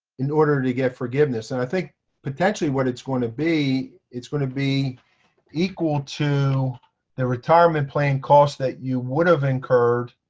in order to get forgiveness? and i think potentially what it's going to be, it's going to be equal to the retirement plan cost that you would have incurred